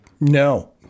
no